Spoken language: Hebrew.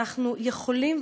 אנחנו יכולים,